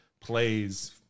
plays